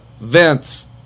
Vince